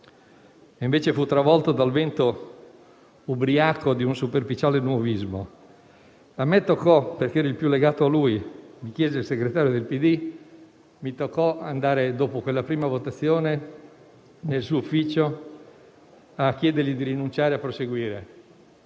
e invece fu travolto dal vento ubriaco di un superficiale nuovismo. A me, che ero il più legato a lui, toccò, su richiesta del segretario del PD, andare dopo quella prima votazione nel suo ufficio a chiedergli di rinunciare a proseguire.